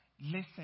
Listen